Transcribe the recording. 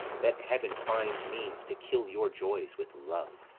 that heaven finds means to kill your joys with love!